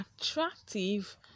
attractive